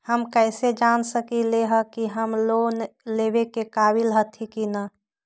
हम कईसे जान सकली ह कि हम लोन लेवे के काबिल हती कि न?